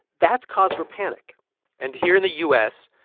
that's cause for panic and here in the u s,